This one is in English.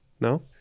No